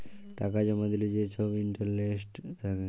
টাকা জমা দিলে যে ছব ইলটারেস্ট থ্যাকে